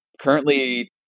currently